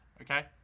okay